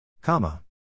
Comma